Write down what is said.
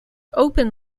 open